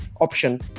option